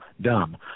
dumb